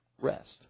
rest